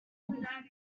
young